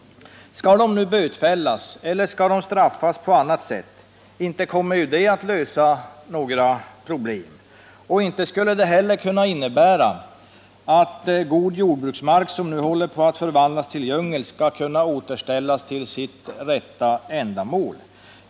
Skall de nu bötfällas eller straffas på annat sätt? Inte kommer det att lösa några problem. Det skulle heller inte innebära att god jordbruksmark som nu håller på att förvandlas till djungel skulle kunna återställas för sitt rätta ändamål.